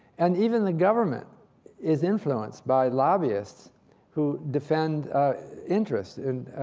and even the government is influenced by lobbyists who defend interests.